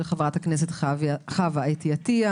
של חברת הכנסת חוה אתי עטיה,